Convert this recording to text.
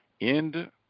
end